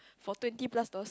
for twenty plus dollars